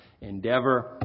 endeavor